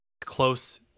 close